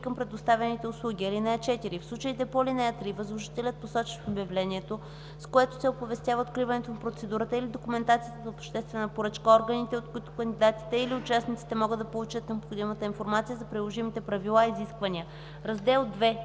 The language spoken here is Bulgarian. към предоставяните услуги.